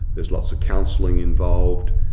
there's lots of counselling involved,